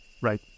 Right